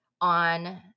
on